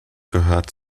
gehört